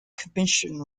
commission